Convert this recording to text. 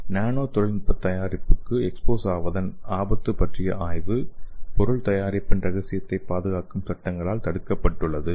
நானோ தொழில்நுட்ப தயாரிப்புக்கு எக்ஸ்போஸ் ஆவதன் ஆபத்து பற்றிய ஆய்வு பொருள் தயாரிப்பின் ரகசியத்தை பாதுகாக்கும் சட்டங்களால் தடுக்கப்படுகிறது